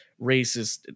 racist